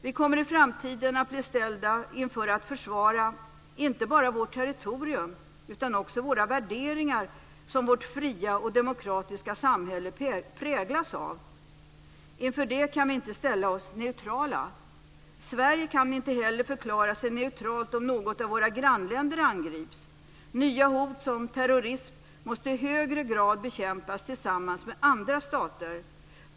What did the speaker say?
Vi kommer i framtiden att bli ställda inför att försvara inte bara vårt territorium utan också de värderingar som vårt fria och demokratiska samhälle präglas av. Inför det kan vi inte ställa oss neutrala. Sverige kan inte heller förklara sig neutralt om något av våra grannländer angrips. Nya hot såsom terrorism måste i högre grad bekämpas tillsammans med andra stater.